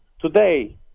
today